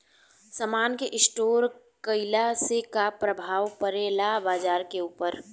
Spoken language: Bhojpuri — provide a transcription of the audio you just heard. समान के स्टोर काइला से का प्रभाव परे ला बाजार के ऊपर?